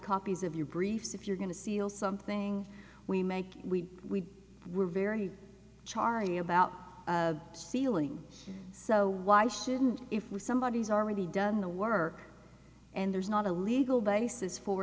copies of your briefs if you're going to seal something we make we we were very chary about sealing so why shouldn't if we somebody has already done the work and there's not a legal basis for